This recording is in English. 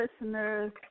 listeners